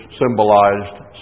symbolized